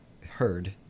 heard